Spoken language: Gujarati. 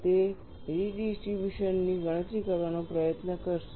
તે રીડિસ્ટ્રિબ્યુશન ની ગણતરી કરવાનો પ્રયત્ન કરશે